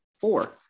four